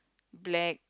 black